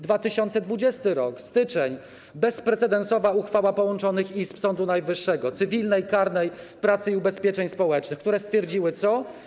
2020 r., styczeń - bezprecedensowa uchwała połączonych izb Sądu Najwyższego, cywilnej, karnej, pracy i ubezpieczeń społecznych, które stwierdziły co?